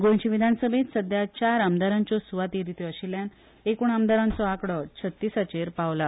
गोंयचे विधानसभेंत सध्या चार आमदारांच्यो सुवातो रित्यो आशिल्ल्यान एकूण आमदारांचो आंकडो छत्तीसाचेर पावला